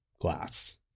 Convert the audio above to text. glass